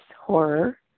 horror